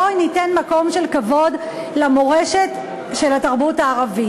בואו ניתן מקום של כבוד למורשת של התרבות הערבית.